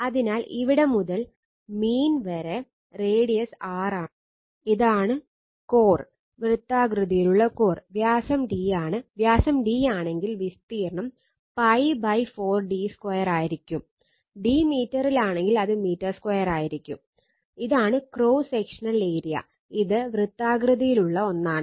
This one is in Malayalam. അതിനാൽ ഇവിടെ മുതൽ മീൻ ഇത് വൃത്താകൃതിയിലുള്ള ഒന്നാണ്